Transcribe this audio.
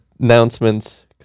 announcements